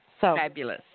Fabulous